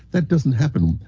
that doesn't happen.